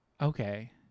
Okay